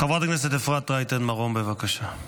חברת הכנסת אפרת רייטן מרום, בבקשה.